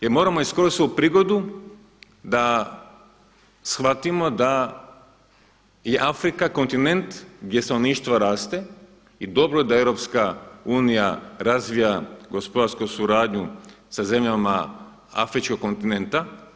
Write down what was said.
Jer moramo iskoristiti ovu prigodu da shvatimo da je Afrika kontinent gdje stanovništvo raste i dobro da EU razvija gospodarsku suradnju sa zemljama Afričkog kontinenta.